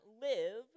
live